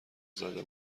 زده